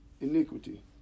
iniquity